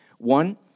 One